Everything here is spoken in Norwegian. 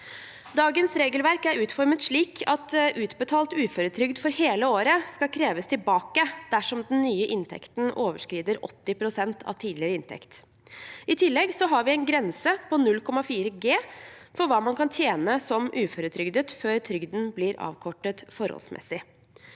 Dagens regelverk er utformet slik at utbetalt uføretrygd for hele året skal kreves tilbake dersom den nye inntekten overskrider 80 pst. av tidligere inntekt. I tillegg har vi en grense på 0,4 G for hva man kan tjene som uføretrygdet før trygden blir avkortet forholdsmessig.